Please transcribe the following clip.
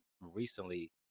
recently